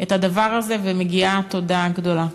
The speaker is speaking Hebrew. את הדבר הזה, ומגיעה תודה גדולה.